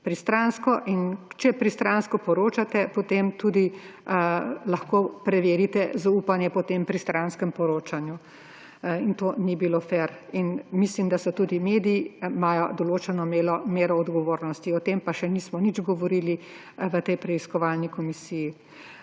Pristransko. In če pristransko poročate, potem tudi lahko preverite zaupanje po tem pristranskem poročanju. To ni bilo fer in mislim, da imajo tudi mediji določeno mero odgovornosti. O tem pa še nismo nič govorili v tej preiskovalni komisiji.